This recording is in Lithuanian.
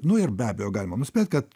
nu ir be abejo galima nuspėt kad